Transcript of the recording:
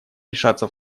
решаться